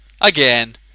Again